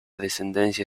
descendencia